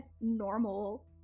normal